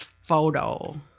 Photo